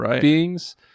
beings